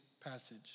passage